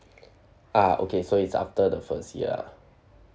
ah okay so is after the first year lah